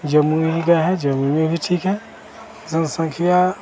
जम्मू में भी गए हैं जम्मू में भी ठीक है जनसंख्या